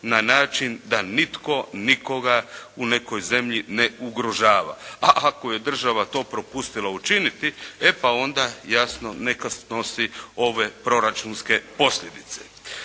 na način da nitko nikoga u nekoj zemlji ne ugrožava. A ako je država to propustila učiniti, e pa onda jasno neka snosi ove proračunske posljedice.